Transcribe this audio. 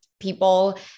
people